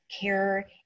care